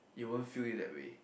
you won't feel it that way